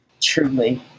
truly